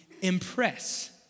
impress